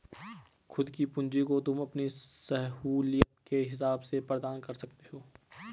खुद की पूंजी को तुम अपनी सहूलियत के हिसाब से प्रदान कर सकते हो